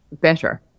better